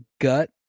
gut